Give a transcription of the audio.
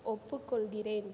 ஒப்புக்கொள்கிறேன்